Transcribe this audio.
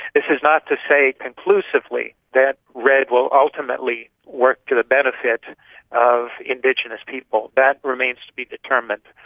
this is not to say conclusively that redd will ultimately work to the benefit of indigenous people. that remains to be determined.